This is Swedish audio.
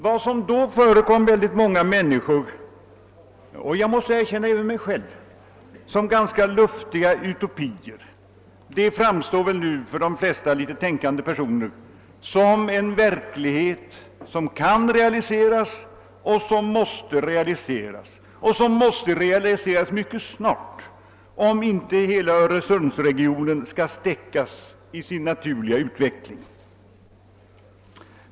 Vad som då föreföll väldigt många människor — och jag måste erkänna även mig själv — som ganska luftiga utopier framstår väl nu för de flesta litet tänkande personer som en verklighet som kan och måste realiseras, och som måste realiseras mycket snart om inte hela öÖresundsregionen skall stäckas i sin naturliga utveckling.